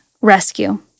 rescue